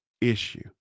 issue